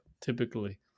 typically